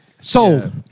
Sold